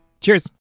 Cheers